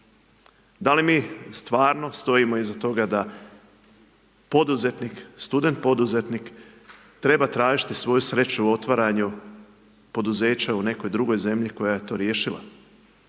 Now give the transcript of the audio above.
Da li mi stvarno stojimo iza toga da poduzetnik, student poduzetnik treba tražiti svoju sreću u otvaranju poduzeća u nekoj drugoj zemlji koja je to riješila